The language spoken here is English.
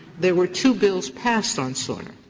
there were two bills passed on sorna,